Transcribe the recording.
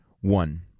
one